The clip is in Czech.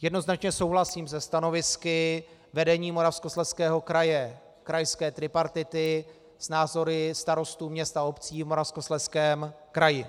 Jednoznačně souhlasím se stanovisky vedení Moravskoslezského kraje, krajské tripartity, s názory starostů měst a obcí v Moravskoslezském kraji.